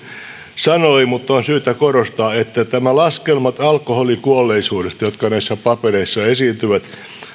sanoi että on syytä korostaa että nämä laskelmat alkoholikuolleisuudesta jotka näissä papereissa esiintyvät